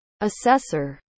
assessor